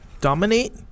Dominate